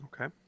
Okay